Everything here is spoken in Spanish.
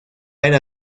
era